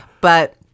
But-